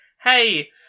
hey